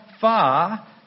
far